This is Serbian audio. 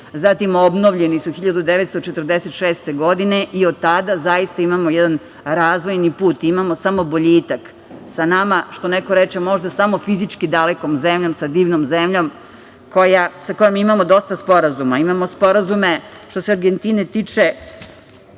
zatim obnovljeni su 1946. godine i od tada zaista imamo jedan razvojni put, imamo samo boljitak, sa nama, što neko reče, možda samo fizički dalekom zemljom, sa divnom zemljom sa kojom imamo dosta sporazuma. Imamo sporazume što se Argentine tiče,